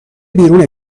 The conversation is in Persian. بیرون